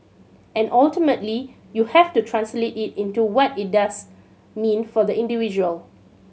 and ultimately you have to translate it into what it does mean for the individual